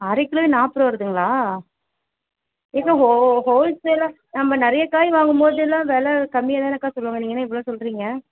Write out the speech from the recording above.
அரை கிலோவே நாற்பது ரூபா வருதுங்களா இன்னும் ஹோல்சேலாக நம்ம நிறைய காய் வாங்கும்போதெல்லாம் வெலை கம்மியாக தானேக்கா சொல்வாங்க நீங்கள் என்ன இவ்வளவு சொல்கிறீங்க